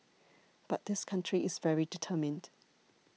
but this country is very determined